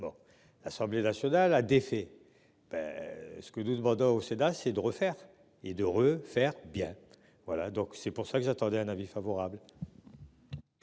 L'Assemblée nationale a défait. Ce que 12 mandat au Sénat, c'est de refaire et d'heure faire bien. Voilà donc c'est pour ça que j'attendais un avis favorable.